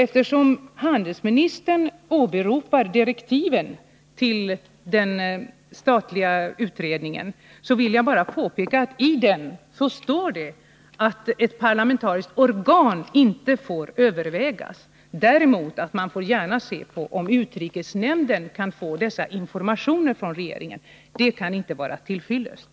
Eftersom handelsministern åberopade direktiven till den statliga utredningen vill jag bara påpeka att det i direktiven står att frågan om ett parlamentariskt organ inte får övervägas. Däremot får utredningen gärna undersöka om utrikesnämnden kan få dessa informationer från regeringen. Det kan inte vara till fyllest.